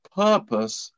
purpose